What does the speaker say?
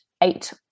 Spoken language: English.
eight